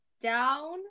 down